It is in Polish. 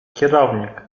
kierownik